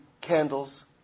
candles